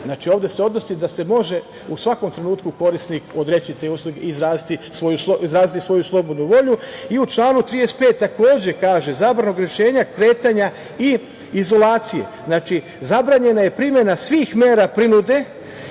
Znači, ovde se odnosi na to da se može u svakom trenutku korisnik odreći te usluge i izraziti svoju slobodnu volju.U članu 35. takođe se kaže: „Zabrana ograničenja kretanja i izolacije.“ Znači, zabranjena je primena svih mera prinude